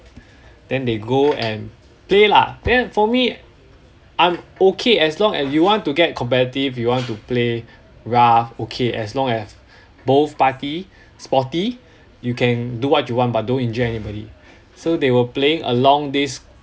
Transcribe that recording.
then they go and play lah then for me I'm okay as long as you want to get competitive you want to play rough okay as long as both party sporty you can do what you want but don't injure anybody so they were playing along this